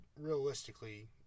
realistically